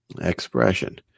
expression